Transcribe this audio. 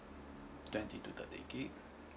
twenty to thirty gig